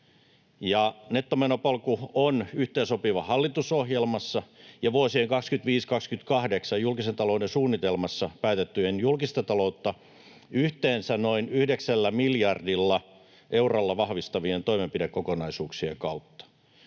Nettomenopolku on yhteensopiva hallitusohjelmassa ja vuosien 25—28 julkisen talouden suunnitelmassa päätettyjen julkista taloutta yhteensä noin yhdeksällä miljardilla eurolla vahvistavien toimenpidekokonaisuuksien kanssa.